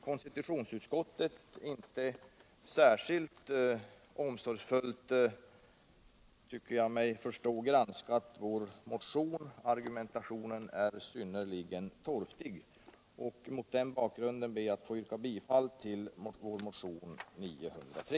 Konstitutionsutskottet har inte särskilt omsorgsfullt, tycker jag mig förstå, granskat vår motion. Argumentationen är synnerligen torftig. Mot den bakgrunden ber jag att få yrka bifall till vår motion 903.